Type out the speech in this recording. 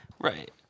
Right